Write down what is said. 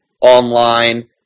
online